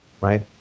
right